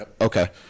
okay